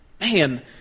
man